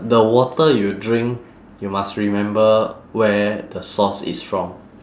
the water you drink you must remember where the source is from